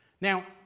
Now